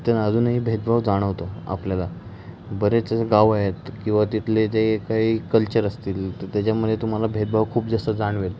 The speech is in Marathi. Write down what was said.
त्यांना अजूनही भेदभाव जाणवतो आपल्याला बरेच असे गाव आहेत किंवा तिथले ते काही कल्चर असतील तर त्याच्यामध्ये तुम्हाला भेदभाव खूप जास्त जाणवेल